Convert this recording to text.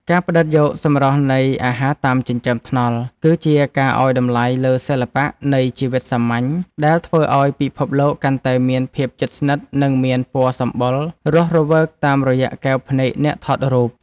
ការផ្ដិតយកសម្រស់នៃអាហារតាមចិញ្ចើមថ្នល់ គឺជាការឱ្យតម្លៃលើសិល្បៈនៃជីវិតសាមញ្ញ ដែលធ្វើឱ្យពិភពលោកកាន់តែមានភាពជិតស្និទ្ធ និងមានពណ៌សម្បុររស់រវើកតាមរយៈកែវភ្នែកអ្នកថតរូប។